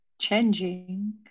changing